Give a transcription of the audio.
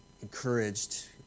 encouraged